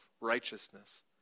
righteousness